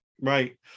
Right